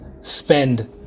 Spend